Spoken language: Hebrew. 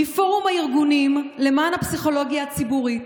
מפורום הארגונים למען הפסיכולוגיה הציבורית.